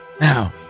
Now